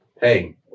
hey